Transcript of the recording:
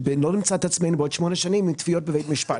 שלא נמצא את עצמנו בעוד שמונה שנים עם תביעות בבית משפט.